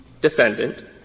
defendant